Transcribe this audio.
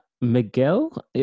Miguel